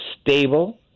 stable